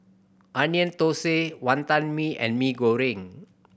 Onion Thosai Wantan Mee and Mee Goreng